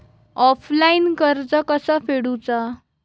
Offline कर्ज कसा फेडूचा?